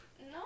No